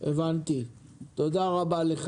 תודה רבה.